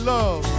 Love